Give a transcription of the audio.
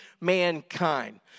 mankind